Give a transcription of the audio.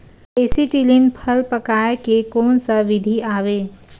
Acetylene फल पकाय के कोन सा विधि आवे?